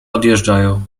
odjeżdżają